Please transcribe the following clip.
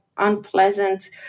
unpleasant